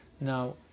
Now